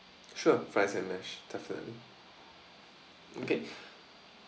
sure fries and mashed definitely okay